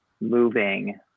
moving